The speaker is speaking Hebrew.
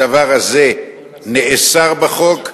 הדבר הזה נאסר בחוק,